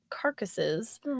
carcasses